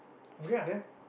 okay ah then